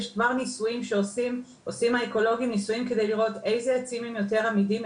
יש כבר ניסויים שהאקולוגים עושים כדי לראות איזה עצים הם יותר עמידים,